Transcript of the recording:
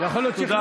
אל תפחיד אותנו.